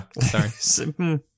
Sorry